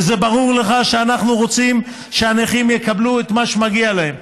וזה ברור לך שאנחנו רוצים שהנכים יקבלו את מה שמגיע להם,